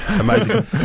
Amazing